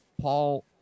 Paul